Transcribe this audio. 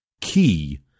key